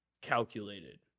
Calculated